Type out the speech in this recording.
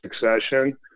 succession